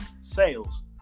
sales